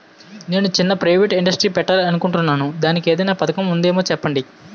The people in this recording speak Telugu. నేను చిన్న ప్రైవేట్ ఇండస్ట్రీ పెట్టాలి అనుకుంటున్నా దానికి ఏదైనా పథకం ఉందేమో చెప్పండి?